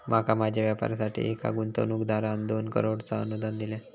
माका माझ्या व्यापारासाठी एका गुंतवणूकदारान दोन करोडचा अनुदान दिल्यान